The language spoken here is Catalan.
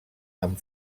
amb